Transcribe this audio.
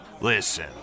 Listen